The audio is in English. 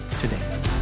today